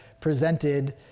presented